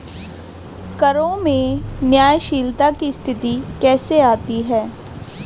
करों में न्यायशीलता की स्थिति कैसे आती है?